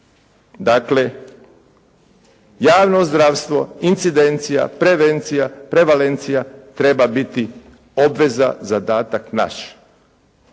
dakle javno zdravstvo, incidencija, prevencija, prevalencija treba biti obveza, zadak naš